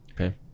Okay